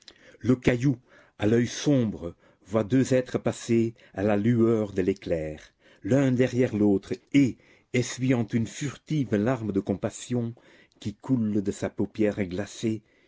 le caillou à l'oeil sombre voit deux êtres passer à la lueur de l'éclair l'un derrière l'autre et essuyant une furtive larme de compassion qui coule de sa paupière glacée